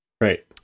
right